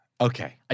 Okay